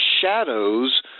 shadows